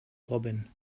robin